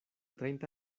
treinta